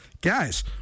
Guys